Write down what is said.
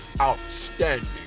outstanding